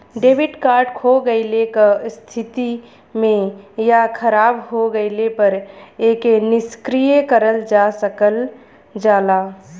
debit card खो गइले क स्थिति में या खराब हो गइले पर एके निष्क्रिय करल जा सकल जाला